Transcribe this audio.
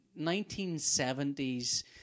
1970s